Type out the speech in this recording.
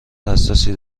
حساسی